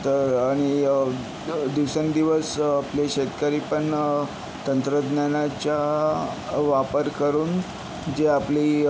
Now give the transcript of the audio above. तर आणि दिवसेंदिवस आपले शेतकरीपण तंत्रज्ञानाच्या वापर करून जे आपली